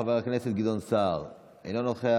חבר הכנסת גדעון סער, אינו נוכח.